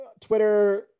Twitter